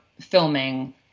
filming